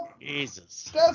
Jesus